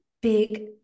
big